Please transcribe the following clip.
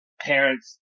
parents